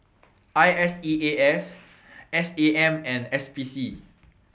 I S E A S S A M and S P C